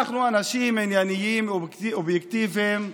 אנחנו אנשים ענייניים ואובייקטיביים.